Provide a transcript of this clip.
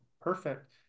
Perfect